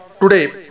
today